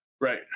Right